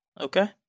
Okay